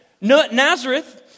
Nazareth